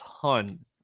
ton